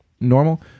normal